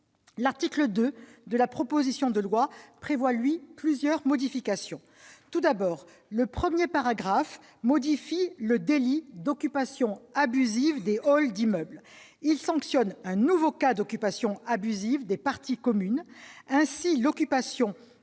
L'article 2 de la proposition de loi prévoit plusieurs modifications. Tout d'abord, le premier paragraphe vise à modifier le délit d'occupation abusive des halls d'immeuble. Il tend à sanctionner un nouveau cas d'occupation abusive des parties communes. Ainsi, l'occupation